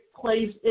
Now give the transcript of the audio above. plays